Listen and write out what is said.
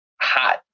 hot